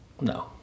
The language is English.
No